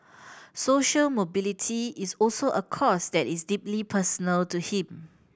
social mobility is also a cause that is deeply personal to him